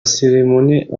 cérémonie